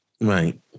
right